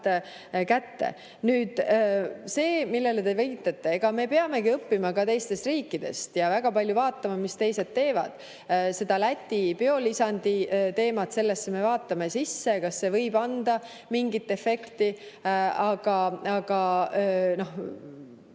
kätte. Nüüd see, millele te viitate. Me peamegi õppima ka teistelt riikidelt ja väga palju vaatama, mis teised teevad. Sellesse Läti biolisandi teemasse me vaatame sisse, kas see võib anda mingit efekti. Aga